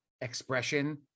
expression